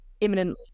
imminently